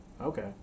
Okay